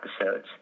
episodes